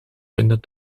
vinden